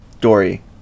Dory